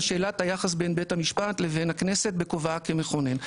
שאלת היחס בין בית המשפט לבין הכנסת בכובעה כמכונן.